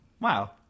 Wow